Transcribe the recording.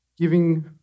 giving